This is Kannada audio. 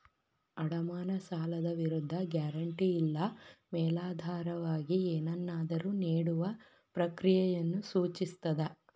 ಅಡಮಾನ ಸಾಲದ ವಿರುದ್ಧ ಗ್ಯಾರಂಟಿ ಇಲ್ಲಾ ಮೇಲಾಧಾರವಾಗಿ ಏನನ್ನಾದ್ರು ನೇಡುವ ಪ್ರಕ್ರಿಯೆಯನ್ನ ಸೂಚಿಸ್ತದ